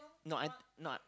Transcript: no I no I